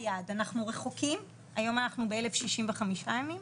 זה היעד, אנחנו רחוקים, היום אנחנו ב-1,065 ימים,